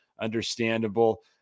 understandable